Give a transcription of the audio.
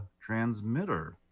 transmitter